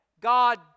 God